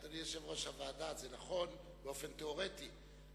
אדוני יושב-ראש הוועדה, זה נכון באופן תיאורטי.